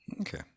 Okay